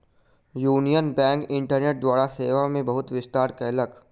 union Bank internet द्वारा सेवा मे बहुत विस्तार कयलक